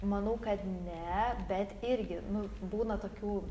manau kad ne bet irgi nu būna tokių